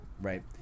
right